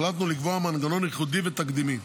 החלטנו לקבוע מנגנון ייחודי ותקדימי,